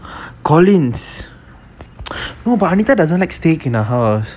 collins oh but anita doesn't like steak in her house